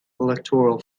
electoral